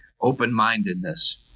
open-mindedness